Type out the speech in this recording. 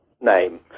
name